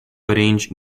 arrange